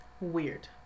Weird